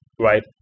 right